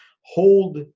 hold